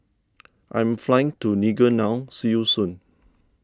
I'm flying to Niger now See you soon